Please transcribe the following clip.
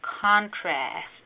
contrast